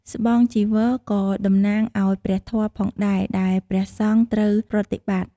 ស្បង់ចីវរក៏តំណាងឲ្យព្រះធម៌ផងដែរ ដែលព្រះសង្ឃត្រូវប្រតិបត្តិ។